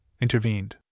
intervened